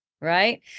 Right